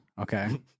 Okay